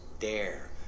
dare